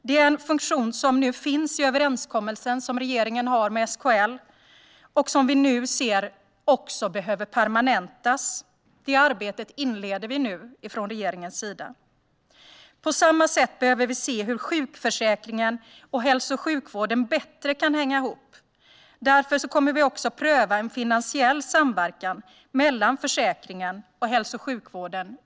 Det är en funktion som finns i den överenskommelse regeringen har med SKL och som vi ser behöver permanentas. Det arbetet inleder vi nu från regeringens sida. På samma sätt behöver vi se hur sjukförsäkringen och hälso och sjukvården bättre kan hänga ihop. Därför kommer vi också att i ett pilotprojekt pröva en finansiell samverkan mellan försäkringen och hälso och sjukvården.